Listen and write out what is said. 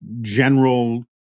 general